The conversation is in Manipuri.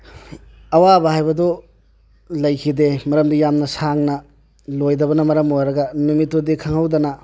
ꯑꯋꯥꯕ ꯍꯥꯏꯕꯗꯣ ꯂꯩꯈꯤꯗꯦ ꯃꯔꯝꯗꯤ ꯌꯥꯝꯅ ꯁꯥꯡꯅ ꯂꯣꯏꯗꯕꯅ ꯃꯔꯝ ꯑꯣꯏꯔꯒ ꯅꯨꯃꯤꯠꯇꯨꯗꯤ ꯈꯪꯍꯧꯗꯅ